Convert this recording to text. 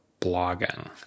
blogging